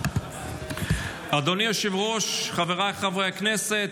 אדוני היושב-ראש, חבריי חברי הכנסת,